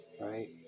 right